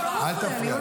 לא, הוא לא מפריע לי.